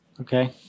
Okay